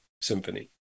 symphony